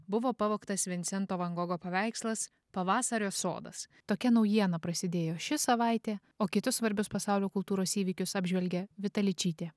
buvo pavogtas vincento van gogo paveikslas pavasario sodas tokia naujiena prasidėjo ši savaitė o kitus svarbius pasaulio kultūros įvykius apžvelgė vita ličytė